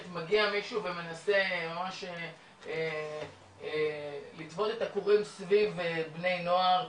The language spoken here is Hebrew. מגיע מישהו ומנסה ממש לטוות את הקורים סביב בני נוער,